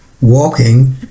walking